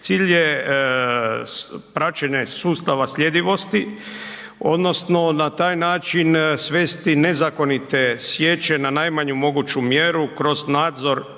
cilj je praćenje sustava sljedivosti odnosno na taj način svesti nezakonite sječe na najmanju moguću mjeru kroz nadzor